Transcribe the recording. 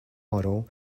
model